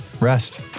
Rest